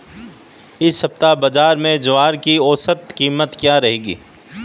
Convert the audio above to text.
इस सप्ताह बाज़ार में ज्वार की औसतन कीमत क्या रहेगी?